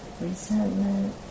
resentment